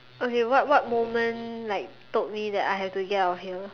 okay what what moment like told me that I had to get out of here